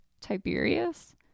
Tiberius